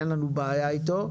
אין לנו בעיה איתו.